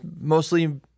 mostly